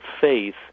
faith